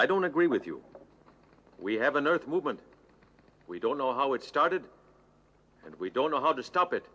i don't agree with you we have an earth movement we don't know how it started and we don't know how to stop it